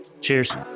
Cheers